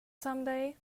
someday